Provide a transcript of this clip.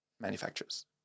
manufacturers